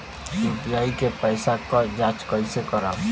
UPI के पैसा क जांच कइसे करब?